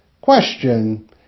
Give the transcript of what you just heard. Question